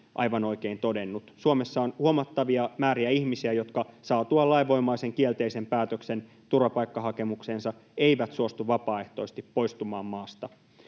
aivan oikein todennut. Suomessa on huomattavia määriä ihmisiä, jotka saatuaan lainvoimaisen kielteisen päätöksen turvapaikkahakemukseensa eivät suostu vapaaehtoisesti poistumaan maasta.